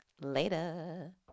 later